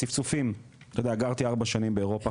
צפצופים - גרתי ארבע שנים באירופה,